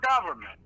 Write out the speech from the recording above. government